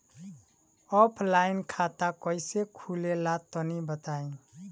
Offline खाता कइसे खुलेला तनि बताईं?